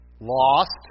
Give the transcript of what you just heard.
Lost